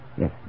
Yes